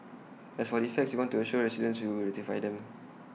as for defects we want to assure residents we will rectify them